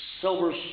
silver